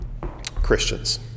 Christians